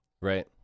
Right